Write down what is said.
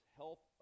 health